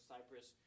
Cyprus